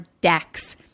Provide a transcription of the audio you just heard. decks